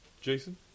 Jason